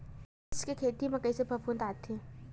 मिर्च के खेती म कइसे फफूंद आथे?